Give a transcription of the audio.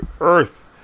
earth